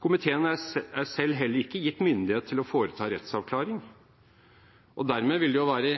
Komiteen er selv heller ikke gitt myndighet til å foreta rettsavklaring, og dermed vil det være